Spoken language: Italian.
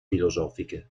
filosofiche